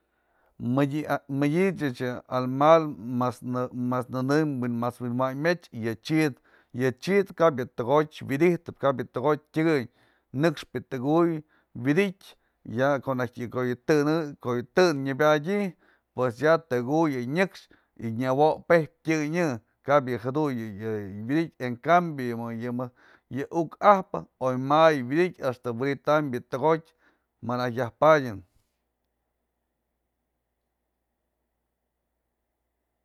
Mëdyë ech almal mas- mas nëne'ëm mas wynmañmetyë, yë chid kap yë tëkotyë wi'idytëp, kap yë tëkotyë tyëkëy, nëkxpë yë tëkëkuy wi'idtyë ya ko'o yë tënë'ë ko'o yë tënë nyapadyë pues ya tëkuy yë nyëkxë y nyawojpëp tyan yë kap yë jaduyë wi'idytë, en cambio yë mëjk uk ajpë oy ma'a yë wi'idytë ëxtë wi'idytam yë tëkotyë ma najk yajpadyën.